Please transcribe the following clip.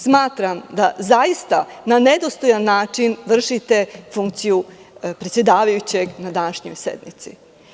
Smatram da na nedostojan način vršite funkciju predsedavajućeg na današnjoj sednici.